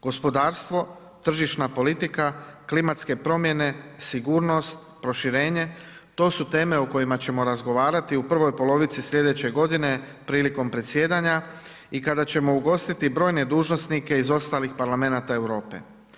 Gospodarstvo, tržišna politike, klimatske promjene, sigurnost, proširenje to su teme o kojima ćemo razgovarati u prvoj polovici slijedeće godine prilikom predsjedanja i kada ćemo ugostiti brojne dužnosnike iz ostalih parlamenata Europe.